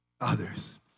Others